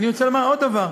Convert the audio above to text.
אני רוצה לומר עוד דבר: